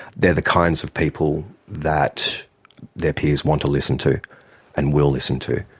they are the kinds of people that their peers want to listen to and will listen to.